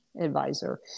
advisor